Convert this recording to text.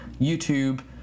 YouTube